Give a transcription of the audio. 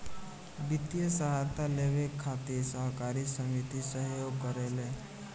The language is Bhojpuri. वित्तीय सहायता लेबे खातिर सहकारी समिति सहयोग करेले